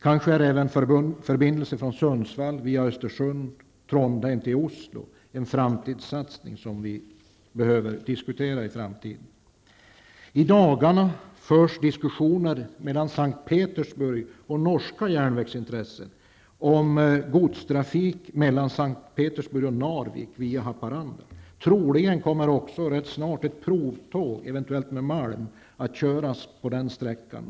Kanske är även förbindelser från Sundsvall via Östersund och Trondheim till Oslo en framtidssatsning som vi behöver diskutera. S:t Petersburg och Narvik via Haparanda. Troligen kommer också rätt snart ett provtåg, eventuellt med malm, att köras på den sträckan.